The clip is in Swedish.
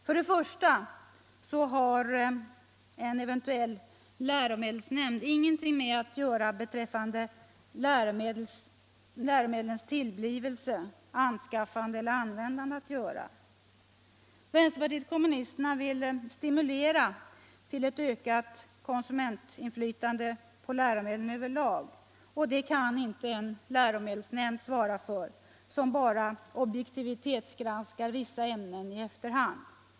För det första har en eventuell läromedelsnämnd ingenting med läromedlens tillblivelse, anskaffande eller användande att göra. Vänsterpartiet kommunisterna vill stimulera till ett ökat konsumenunflytande på läromedlen över lag, och det kan inte en läromedelsnämnd svara för som bara objektivitetsgranskar vissa ämnen t efterhand.